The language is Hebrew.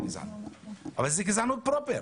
זאת גזענות פרופר.